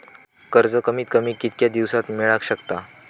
कर्ज कमीत कमी कितक्या दिवसात मेलक शकता?